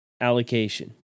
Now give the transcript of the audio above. allocation